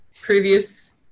previous